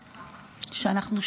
שאנחנו,